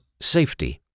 Safety